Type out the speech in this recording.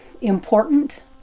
important